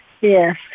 Yes